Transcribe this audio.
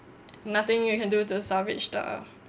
nothing you can do to salvage the